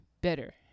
better